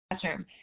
Classroom